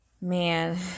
man